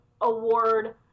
award